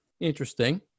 Interesting